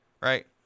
right